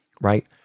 right